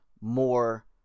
more